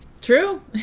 True